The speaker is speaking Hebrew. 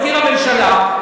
מזכיר הממשלה,